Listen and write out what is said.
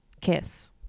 Kiss